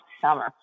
summer